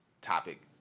topic